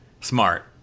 Smart